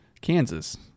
Kansas